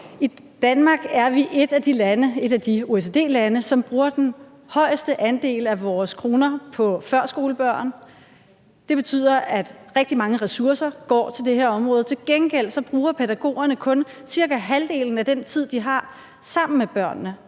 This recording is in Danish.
Danmark er et af de OECD-lande, som bruger den højeste andel af vores kroner på førskolebørn. Det betyder, at rigtig mange ressourcer går til det her område, men til gengæld bruger pædagogerne kun cirka halvdelen af den tid, de har, sammen med børnene.